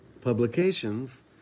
publications